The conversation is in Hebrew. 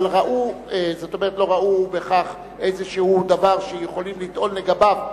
אבל לא ראו בכך איזה דבר שיכולים לטעון לגביו,